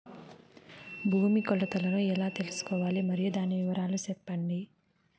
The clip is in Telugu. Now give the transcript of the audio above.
భూమి కొలతలను ఎలా తెల్సుకోవాలి? మరియు దాని వివరాలు సెప్పండి?